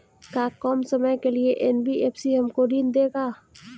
का कम समय के लिए एन.बी.एफ.सी हमको ऋण देगा?